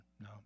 No